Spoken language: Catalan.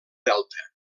delta